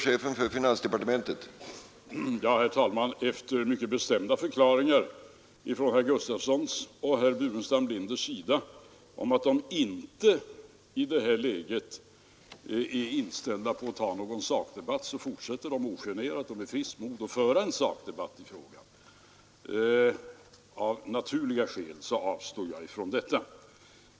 Herr talman! Efter mycket bestämda förklaringar av herr Gustafson i Göteborg och herr Burenstam Linder att de inte i detta läge är inställda på att ta någon sakdebatt fortsätter de ogenerat med friskt mod att föra en sakdebatt i denna fråga. Av naturliga skäl avstår jag från det.